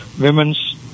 women's